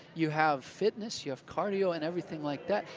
you have fitness, you have cardio and everything like that,